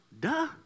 duh